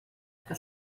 que